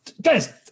Guys